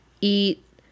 eat